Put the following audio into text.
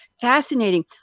Fascinating